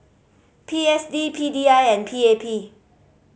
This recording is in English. P S D P D I and P A P